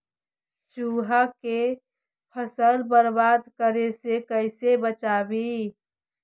चुहा के फसल बर्बाद करे से कैसे बचाबी?